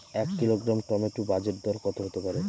এক kilogram tomato বাজের দরকত হতে পারে?